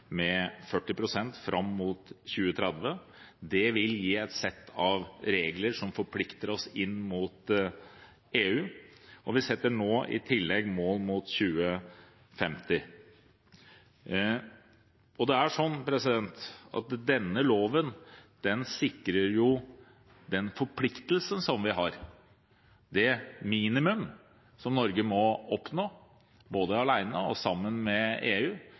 med 40 pst. fram mot 2030. Det vil gi et sett av regler som forplikter oss inn mot EU, og vi setter nå i tillegg mål fram mot 2050. Denne loven sikrer den forpliktelsen som vi har, det minimum som Norge må oppnå, både alene og sammen med EU.